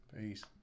peace